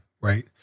Right